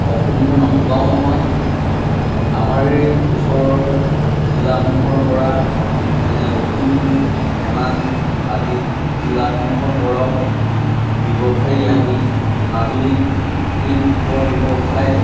অসুবিধা নথকাও নহয় আমাৰ এই ওচৰৰ জিলাসমূহৰ পৰা যেনে লখিমপুৰ ধেমাজি আদি জিলাসমূহৰ পৰাও ব্যৱসায়ী আহি মাজুলীত এই ধূপৰ ব্যৱসায়